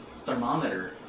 thermometer